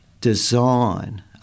design